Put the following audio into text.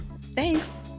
Thanks